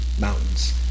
mountains